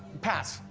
pass.